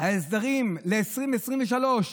ההסדרים ל-2023.